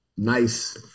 Nice